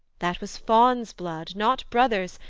that was fawn's blood, not brother's,